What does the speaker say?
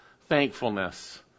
thankfulness